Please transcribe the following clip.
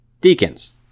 deacons